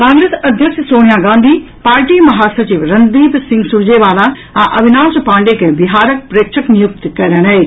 कांग्रेस अध्यक्ष सोनिया गांधी पार्टी महासचिव रणदीप सिंह सुरजेवाला आ अविनाश पांडेय के बिहारक प्रेक्षक नियुक्त कयलनि अछि